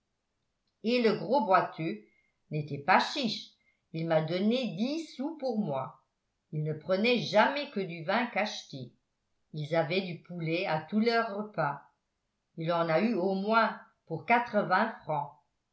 et le gros boiteux n'était pas chiche il m'a donné dix sous pour moi il ne prenait jamais que du vin cacheté ils avaient du poulet à tous leurs repas il en a eu au moins pour quatre-vingts francs